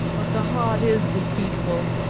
but the heart is deceitful,